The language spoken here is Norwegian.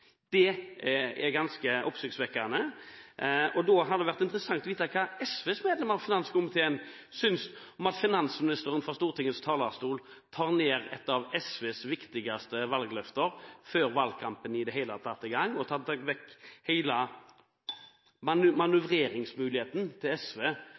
Det er ganske oppsiktsvekkende. Da hadde det vært interessant å vite hva SVs medlem av finanskomiteen synes om at finansministeren fra Stortingets talerstol tar ned et av SVs viktigste valgløfter før valgkampen i det hele tatt er i gang, og tar vekk hele manøvreringsmuligheten til SV